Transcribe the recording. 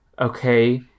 okay